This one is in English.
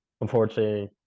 Unfortunately